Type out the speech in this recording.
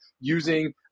Using